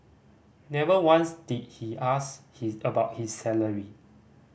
never once did he ask his about his salary